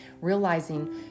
realizing